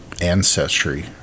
Ancestry